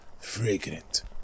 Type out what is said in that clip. fragrant